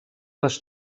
les